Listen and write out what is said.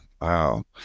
Wow